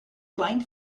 client